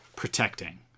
Protecting